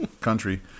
country